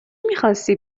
میخواستی